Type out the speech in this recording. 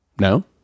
No